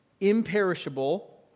imperishable